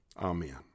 Amen